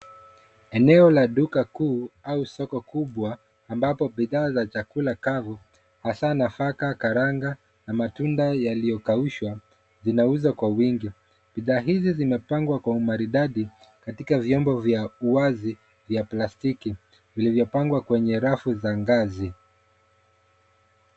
Eneo la duka kuu au soko kubwa ambapo bidhaa za chakula kavu, hasa nafaka, karanga, na matunda yaliyokaushwa zinauzwa kwa wingi. Bidhaa hizi zimepangwa kwa umaridadi katika vyombo vya wazi vya plastiki. Vilivyopangwa kwenye rafu za ngazi.